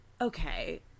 Okay